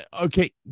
okay